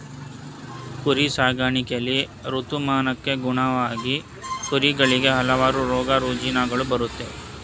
ಕುರಿ ಸಾಕಾಣಿಕೆಯಲ್ಲಿ ಋತುಮಾನಕ್ಕನುಗುಣವಾಗಿ ಕುರಿಗಳಿಗೆ ಹಲವಾರು ರೋಗರುಜಿನಗಳು ಬರುತ್ತೆ